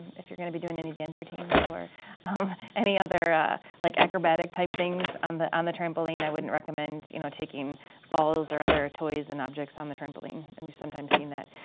if you're gonna be doing any dance routines or any other like acrobatic type things and on the trampoline, i wouldn't recommend you know taking balls or other toys and objects on the trampoline, and we've sometimes seen that.